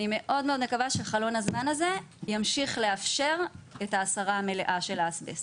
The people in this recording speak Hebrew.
אני מאוד מקווה שחלון הזמן הזה ימשיך לאפשר את ההסרה המלאה של האסבסט,